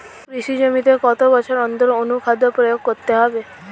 কৃষি জমিতে কত বছর অন্তর অনুখাদ্য প্রয়োগ করতে হবে?